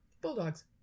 Bulldogs